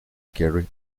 carrie